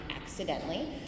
accidentally